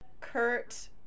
Kurt